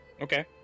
Okay